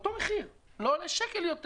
באותו מחיר, לא עולה שקל יותר